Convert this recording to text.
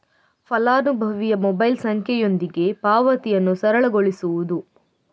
ಫಲಾನುಭವಿಯ ಮೊಬೈಲ್ ಸಂಖ್ಯೆಯೊಂದಿಗೆ ಪಾವತಿಯನ್ನು ಸರಳಗೊಳಿಸುವುದು